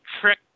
Trick